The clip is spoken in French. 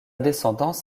descendance